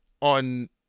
on